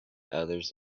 others